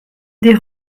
des